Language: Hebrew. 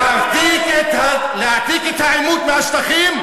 להעתיק את העימות מהשטחים,